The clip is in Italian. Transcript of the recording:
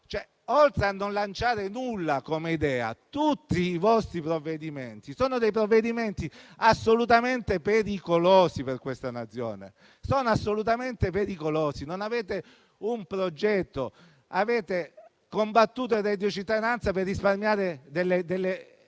Oltre a non lanciare nulla come idea, tutti i vostri provvedimenti sono assolutamente pericolosi per questa Nazione. Non avete un progetto. Avete combattuto il reddito di cittadinanza per risparmiare delle